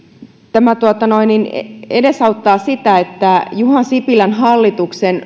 tämä edesauttaa sitä että juha sipilän hallituksen